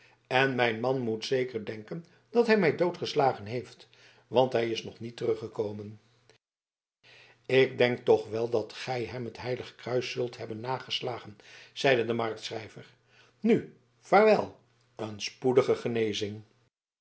en mijn man moet zeker denken dat hij mij dood geslagen heeft want hij is nog niet terug gekomen ik denk toch wel dat gij hem het heilig kruis zult hebben nageslagen zeide de marktschrijver nu vaarwel een spoedige genezing